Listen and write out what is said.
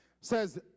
says